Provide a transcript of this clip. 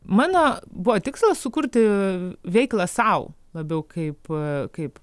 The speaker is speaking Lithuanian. mano buvo tikslas sukurti veiklą sau labiau kaip kaip